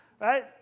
Right